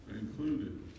included